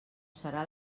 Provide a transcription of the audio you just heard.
serà